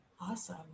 Awesome